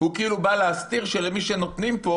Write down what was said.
הוא בא להסתיר שלמי שנותנים פה